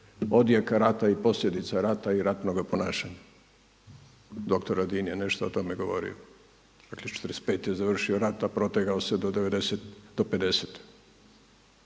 odjeka rata i posljedica rata i ratnoga ponašanja. Dr. Radin je nešto o tome govorio, dakle 45. je završio rat, a protegao se do 50.,